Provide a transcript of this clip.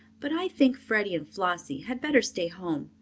but i think freddie and flossie had better stay home.